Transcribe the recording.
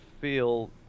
feel